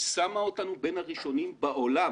היא שמה אותנו בין הראשונים בעולם